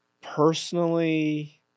personally